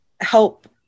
help